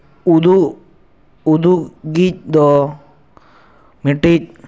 ᱩᱫᱩᱜ ᱩᱫᱩᱜᱤᱡ ᱫᱚ ᱢᱤᱫᱴᱤᱡ